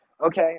Okay